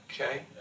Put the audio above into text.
Okay